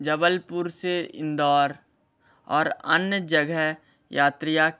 जबलपुर से इंदौर और अन्य जगह यात्रिया किया हूँ